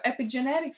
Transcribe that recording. epigenetics